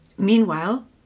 Meanwhile